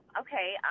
Okay